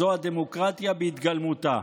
זו הדמוקרטיה בהתגלמותה,